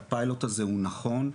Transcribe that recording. והפיילוט הזה הוא נכון.